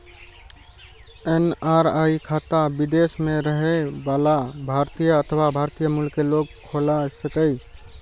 NRI खाता विदेश मे रहै बला भारतीय अथवा भारतीय मूल के लोग खोला सकैए